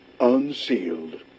Unsealed